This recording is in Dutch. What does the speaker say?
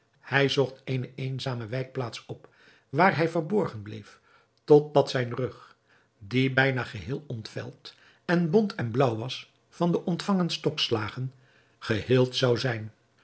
hij zocht eene eenzame wijkplaats op waar hij verborgen bleef tot dat zijn rug die bijna geheel ontveld en bont en blaauw was van de ontvangen stokslagen geheeld zou zijn